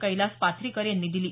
कैलास पाथ्रीकर यांनी दिली